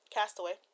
Castaway